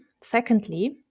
secondly